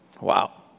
Wow